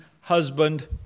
husband